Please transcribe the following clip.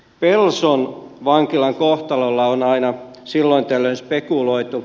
pelson vankilan kohtalolla on aina silloin tällöin spekuloitu